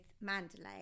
Mandalay